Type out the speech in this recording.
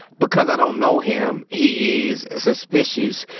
because i don't know him, he is suspicious.